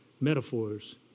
metaphors